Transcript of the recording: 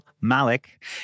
Malik